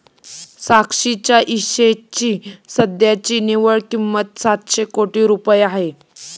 साक्षीच्या हिश्श्याची सध्याची निव्वळ किंमत सातशे कोटी रुपये आहे